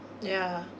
ya